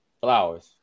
Flowers